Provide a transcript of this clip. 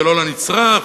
ולא לנצרך,